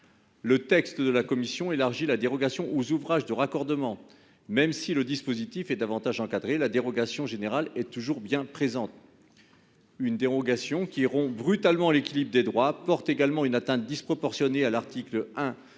Le texte de la commission élargit la dérogation aux ouvrages de raccordement. Même si le dispositif est davantage encadré, la dérogation générale est toujours bien présente. Une dérogation, qui rompt brutalement l'équilibre des droits, porte également une atteinte disproportionnée à l'article 1